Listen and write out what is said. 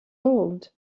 old